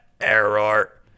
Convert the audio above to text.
Error